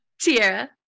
Tierra